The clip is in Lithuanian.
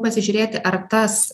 pasižiūrėti ar tas